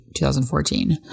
2014